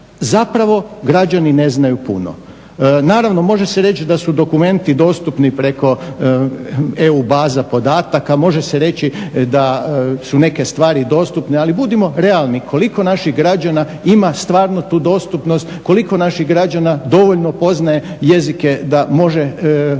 zapravo građani ne znaju puno. Naravno, može se reći da su dokumenti dostupni preko EU baza podataka, može se reći da su neke stvari dostupne ali budimo realni koliko naših građana ima stvarno tu dostupnost, koliko naših građana dovoljno poznaje jezike da može